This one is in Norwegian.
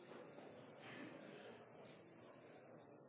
så